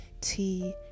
tea